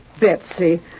Betsy